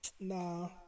Nah